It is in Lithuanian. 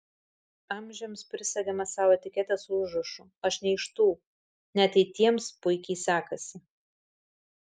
amžiams prisegame sau etiketę su užrašu aš ne iš tų net jei tiems puikiai sekasi